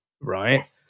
right